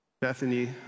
Bethany